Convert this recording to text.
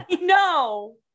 No